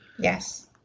Yes